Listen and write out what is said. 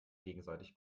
gegenseitig